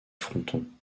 fronton